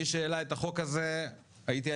מי שהעלה את החוק הזה היה אני.